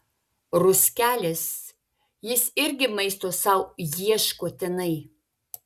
ruskelis jis irgi maisto sau ieško tenai